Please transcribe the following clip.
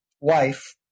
wife